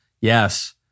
Yes